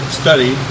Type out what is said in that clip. study